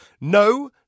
No